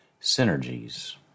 synergies